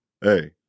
hey